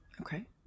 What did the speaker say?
Okay